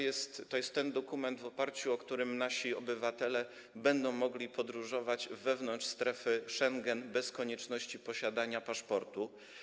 I to jest ten dokument, w oparciu o który nasi obywatele będą mogli podróżować wewnątrz strefy Schengen bez konieczności posiadania paszportu.